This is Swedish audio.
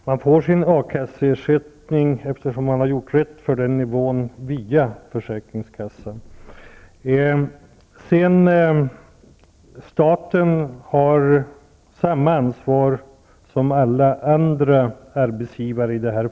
Herr talman! Man får sin A-kasseersättning, eftersom man har gjort rätt för en ersättning på den nivån, via försäkringskassan. Staten har i det här fallet samma ansvar som alla andra arbetsgivare.